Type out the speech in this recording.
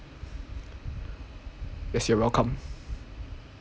yes you're welcome